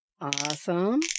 Awesome